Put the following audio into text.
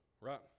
right